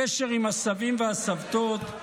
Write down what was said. הקשר עם הסבים והסבתות,